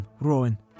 Rowan